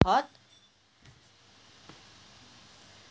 part